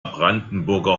brandenburger